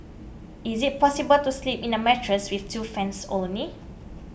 is it possible to sleep in a mattress with two fans only